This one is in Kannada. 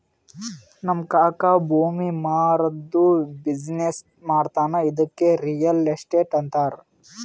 ನಮ್ ಕಾಕಾ ಭೂಮಿ ಮಾರಾದ್ದು ಬಿಸಿನ್ನೆಸ್ ಮಾಡ್ತಾನ ಇದ್ದುಕೆ ರಿಯಲ್ ಎಸ್ಟೇಟ್ ಅಂತಾರ